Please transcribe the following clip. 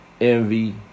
envy